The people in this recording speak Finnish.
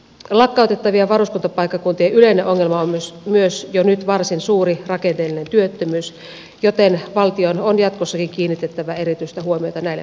lakkautettavien varuskuntapaikkakuntien yleinen ongelma on myös jo nyt varsin suuri rakenteellinen työttömyys joten valtion on jatkossakin kiinnitettävä erityistä huomiota näihin paikkakuntiin